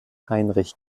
heinrich